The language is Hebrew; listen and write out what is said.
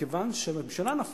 מכיוון שהממשלה נפלה,